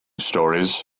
stories